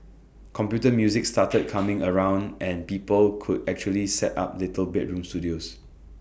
computer music started coming around and people could actually set up little bedroom studios